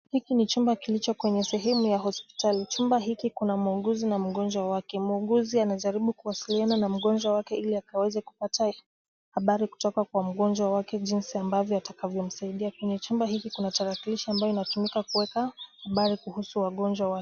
Hiki ni chumba kilicho kwenye sehemu ya hospitali. Chumba hiki kuna muuguzi na mgonjwa wake. Muuguzi anajaribu kuwasiliana na mgonjwa wake ili akaweze kupata habari kutoka kwa mgonjwa wake jinsi ambavyo atakavyomsaidia. Kwenye chumba hiki kuna tarakalishi ambayo inatumika kuweka habari kuhusu wagonjwa wake.